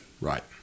Right